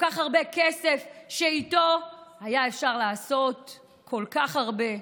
כל כך הרבה כסף שאיתו היה אפשר לעשות כל כך הרבה,